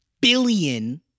billion